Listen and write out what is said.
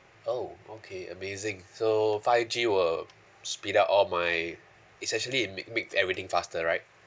oh okay amazing so five G will speed up all my it's actually make make everything faster right